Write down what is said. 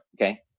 okay